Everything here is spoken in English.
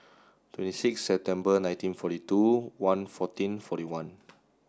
twenty six September nineteen forty two one fourteen forty one